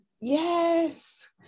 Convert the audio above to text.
yes